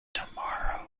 tomorrow